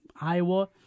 Iowa